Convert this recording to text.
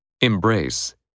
Embrace